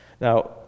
Now